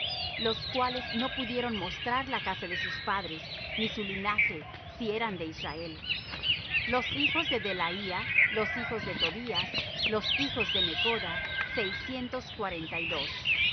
los cuales no pudieron mostrar la casa de sus padres ni su linaje si eran de israel los hijos de delaía los hijos de tobías los hijos de necoda seiscientos cuarenta y dos